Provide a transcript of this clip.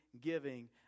giving